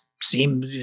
seem